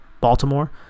Baltimore